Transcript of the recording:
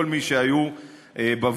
כל מי שהיו בוועדה,